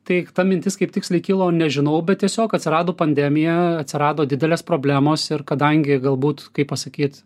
tai ta mintis kaip tiksliai kilo nežinau bet tiesiog atsirado pandemija atsirado didelės problemos ir kadangi galbūt kaip pasakyt